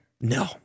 No